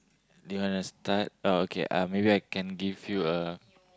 do you wanna start oh okay uh maybe I can give you a